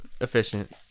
efficient